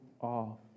off